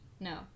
No